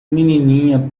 menininha